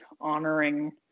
honoring